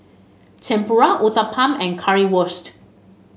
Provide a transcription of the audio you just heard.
Tempura Uthapam and Currywurst